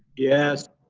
yes.